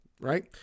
right